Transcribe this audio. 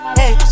hey